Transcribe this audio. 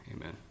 amen